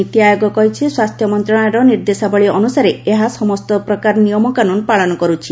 ନୀତି ଆୟୋଗ କହିଛି ସ୍ୱାସ୍ଥ୍ୟ ମନ୍ତ୍ରଣାଳୟର ନିର୍ଦ୍ଦେଶାବଳୀ ଅନୁସାରେ ଏହା ସମସ୍ତ ପ୍ରକାର ନିୟମ କାନୁନ୍ ପାଳନ କରୁଛି